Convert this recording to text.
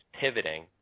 pivoting